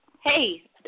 Hey